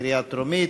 בקריאה טרומית.